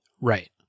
Right